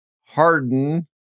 Harden